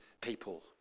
people